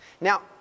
Now